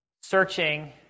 searching